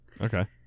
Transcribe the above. Okay